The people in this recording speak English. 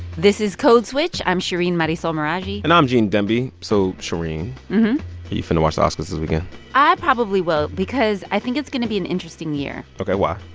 this is code switch. i'm shereen marisol meraji and i'm gene demby. so, shereen, are you finna watch the oscars this weekend? i probably will because i think it's gonna be an interesting year ok. why?